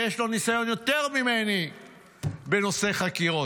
שיש לו ניסיון יותר ממני בנושא חקירות.